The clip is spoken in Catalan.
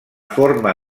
forma